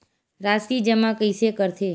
राशि जमा कइसे करथे?